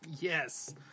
Yes